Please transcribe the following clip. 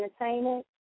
Entertainment